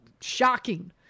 Shocking